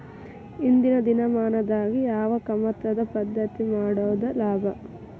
ಇಂದಿನ ದಿನಮಾನದಾಗ ಯಾವ ಕಮತದ ಪದ್ಧತಿ ಮಾಡುದ ಲಾಭ?